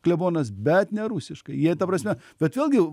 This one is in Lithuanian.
klebonas bet ne rusiškai jie ta prasme bet vėlgi